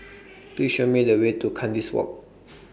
Please Show Me The Way to Kandis Walk